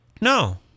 no